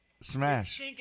smash